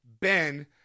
Ben